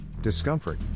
discomfort